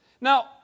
Now